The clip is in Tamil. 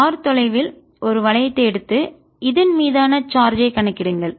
R தொலைவில் ஒரு வளையத்தை எடுத்து இதன் மீதான சார்ஜ் ஐ கணக்கிடுங்கள்